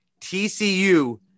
TCU